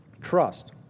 Trust